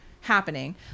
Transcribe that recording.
happening